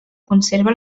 conserva